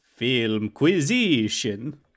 Filmquisition